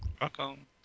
Welcome